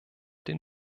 den